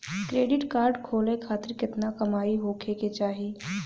Credit card खोले खातिर केतना कमाई होखे के चाही?